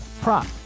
prop